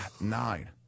Nine